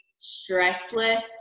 stressless